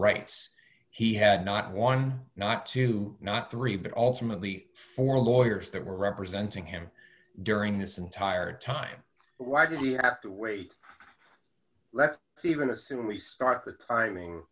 rights he had not one not two not three but ultimately four lawyers that were representing him during this entire time why did we have to wait let's see even assuming we start the